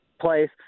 place